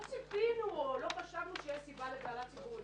לא ציפינו או לא חשבנו שיש סיבה לבהלה ציבורית.